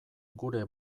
gure